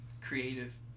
creative